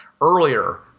earlier